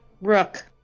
Rook